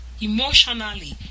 emotionally